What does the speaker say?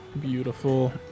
Beautiful